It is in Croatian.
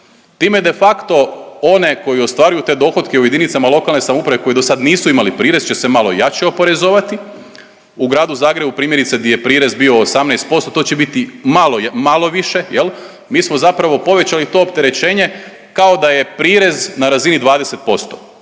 Time de facto one koji ostvaruju te dohotke u JLS koji dosad nisu imali prirez će se malo jače oporezovati. U Gradu Zagrebu primjerice gdje je prirez bio 18% to će biti malo, malo više jel, mi smo zapravo povećali to opterećenje kao da je prirez na razini 20%,